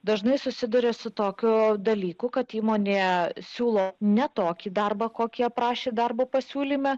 dažnai susiduria su tokiu dalyku kad įmonė siūlo ne tokį darbą kokį aprašė darbo pasiūlyme